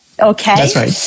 Okay